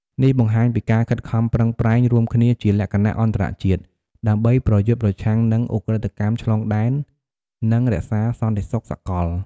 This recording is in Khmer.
នេះបង្ហាញពីការខិតខំប្រឹងប្រែងរួមគ្នាជាលក្ខណៈអន្តរជាតិដើម្បីប្រយុទ្ធប្រឆាំងនឹងឧក្រិដ្ឋកម្មឆ្លងដែន និងរក្សាសន្តិសុខសកល។